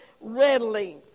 readily